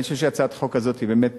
אני חושב שהצעת החוק הזאת היא באמת